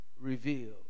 revealed